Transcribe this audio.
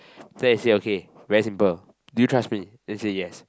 then I say okay very simple do you trust me then say yes